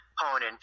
opponent